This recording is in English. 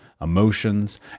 emotions